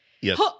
Yes